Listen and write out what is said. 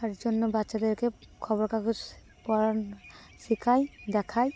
তার জন্য বাচ্চাদেরকে খবর কাগজ পড়ান শেখায় দেখায়